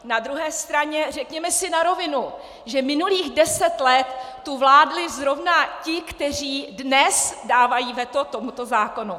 Na druhé straně řekněme si na rovinu, že minulých deset let tu vládli zrovna ti, kteří dnes dávají veto tomuto zákonu!